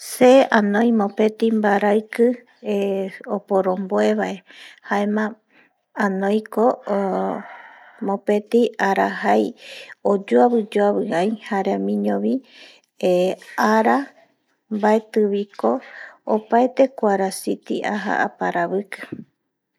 Se anoi mopeti baraiki eh oporonbue vae hjaema onoiko mopeti arajsi oyuabi yuabi ai jaeramiño bi eh ara baeti biko opaete kuaraiciti wi aja aparabiki